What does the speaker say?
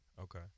Okay